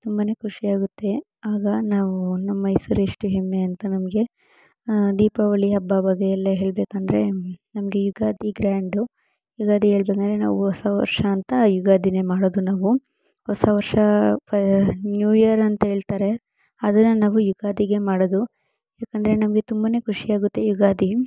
ತುಂಬನೇ ಖುಷಿಯಾಗುತ್ತೆ ಆಗ ನಾವು ನಮ್ಮ ಮೈಸೂರು ಎಷ್ಟು ಹೆಮ್ಮೆ ಅಂತ ನಮಗೆ ದೀಪಾವಳಿ ಹಬ್ಬ ಬಗ್ಗೆ ಎಲ್ಲ ಹೇಳ್ಬೇಕೆಂದ್ರೆ ನಮಗೆ ಯುಗಾದಿ ಗ್ರ್ಯಾಂಡು ಯುಗಾದಿ ಹೇಳ್ಬೇಕೆಂದ್ರೆ ನಾವು ಹೊಸ ವರ್ಷ ಅಂತ ಯುಗಾದಿಯೇ ಮಾಡೋದು ನಾವು ಹೊಸ ವರ್ಷ ಪ ನ್ಯೂ ಇಯರ್ ಅಂತ ಹೇಳ್ತಾರೆ ಆದರೆ ನಾವು ಯುಗಾದಿಗೆ ಮಾಡೋದು ಯಾಕೆಂದ್ರೆ ನಮಗೆ ತುಂಬನೇ ಖುಷಿಯಾಗುತ್ತೆ ಯುಗಾದಿ